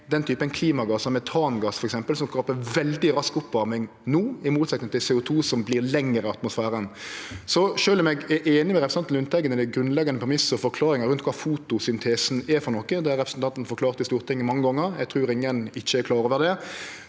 med typen klimagassar, f.eks. metangass, som skaper veldig rask oppvarming no, i motsetnad til CO2, som vert verande lenger i atmosfæren. Sjølv om eg er einig med representanten Lundteigen i den grunnleggjande premissen og forklaringa rundt kva fotosyntesen er for noko – det har representanten forklart i Stortinget mange gonger, eg trur ingen ikkje er klar over det